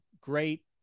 great